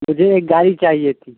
مجھے ایک گاڑی چاہیے تھی